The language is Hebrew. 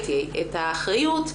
את האחריות,